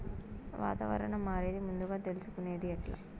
వాతావరణం మారేది ముందుగా తెలుసుకొనేది ఎట్లా?